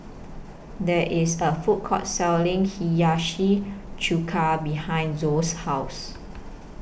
There IS A Food Court Selling Hiyashi Chuka behind Zoa's House